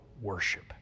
worship